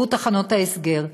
והוא תחנות ההסגר.